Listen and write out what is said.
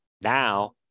Now